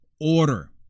order